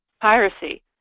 piracy